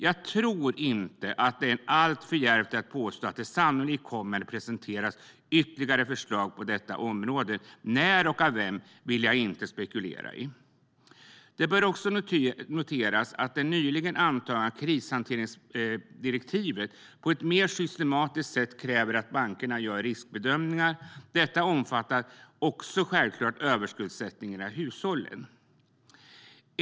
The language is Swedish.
Jag tror inte att det är alltför djärvt att påstå att ytterligare förslag på detta område sannolikt kommer att presenteras. När och av vem vill jag inte spekulera i. Det bör också noteras att det nyligen antagna krishanteringsdirektivet på ett mer systematiskt sätt kräver att bankerna gör riskbedömningar. Detta omfattar självklart också överskuldsättningen i hushållen.